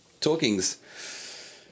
talkings